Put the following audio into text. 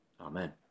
Amen